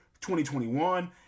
2021